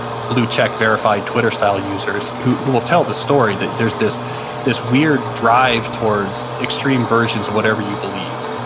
blue-check-verified, twitter-style users who who will tell the story that there's this this weird drive towards extreme versions of whatever you believe.